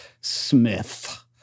Smith